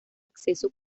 acceso